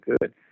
good